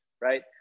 right